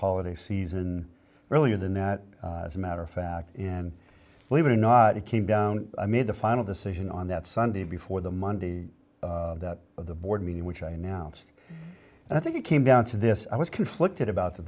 holiday season earlier than that as a matter of fact and believe it or not it came down i made the final decision on that sunday before the monday of the board meeting which i announced and i think it came down to this i was conflicted about the